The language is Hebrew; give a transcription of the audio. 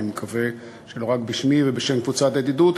אני מקווה שלא רק בשמי ובשם קבוצת הידידות,